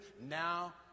now